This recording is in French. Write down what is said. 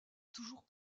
toujours